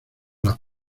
los